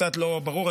קצת לא ברור.